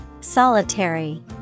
Solitary